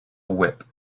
whip